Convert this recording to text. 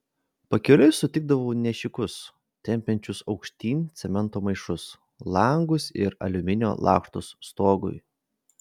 pakeliui sutikdavau nešikus tempiančius aukštyn cemento maišus langus ir aliuminio lakštus stogui